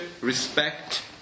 respect